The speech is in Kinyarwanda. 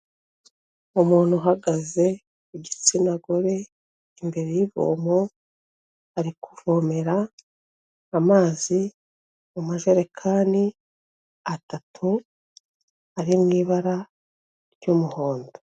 Umuntu uhagaze, w'igitsina gore, imbere y'ivomo, ari kuvomera, amazi, mu majerekani, atatu, ari mu ibara ry'umuhondo.